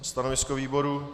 Stanovisko výboru?